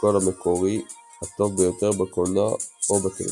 לפסקול המקורי הטוב ביותר בקולנוע או בטלוויזיה.